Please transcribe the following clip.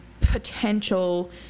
potential